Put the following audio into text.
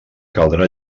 caldrà